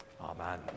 Amen